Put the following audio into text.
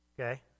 okay